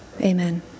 Amen